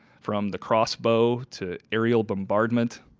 from the crossbow to ariel compartment.